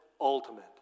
ultimate